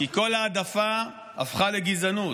כי כל העדפה הפכה לגזענות.